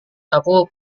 aku